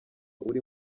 uri